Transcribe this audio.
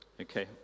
okay